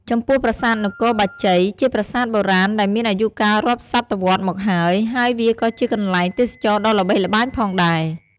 ចំពោះប្រាសាទនគរបាជ័យ ជាប្រាសាទបុរាណដែលមានអាយុកាលរាប់សតវត្សរ៍មកហើយ ហើយវាក៏ជាកន្លែងទេសចរណ៍ដ៏ល្បីល្បាញផងដែរ។